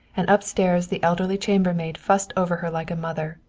and upstairs the elderly chambermaid fussed over her like a mother.